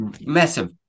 massive